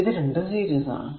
ഇത് രണ്ടും സീരീസ് ആണ്